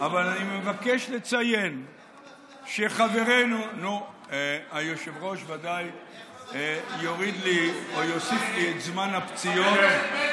אבל אני מבקש לציין שחברנו, איך לא מצאו לך תפקיד?